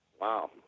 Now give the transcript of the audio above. Wow